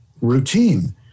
routine